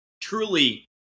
truly